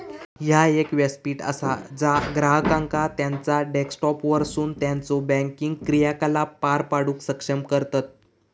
ह्या एक व्यासपीठ असा ज्या ग्राहकांका त्यांचा डेस्कटॉपवरसून त्यांचो बँकिंग क्रियाकलाप पार पाडूक सक्षम करतत